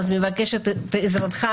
אז אני מבקשת גם את עזרתך,